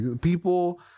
People